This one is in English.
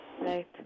Right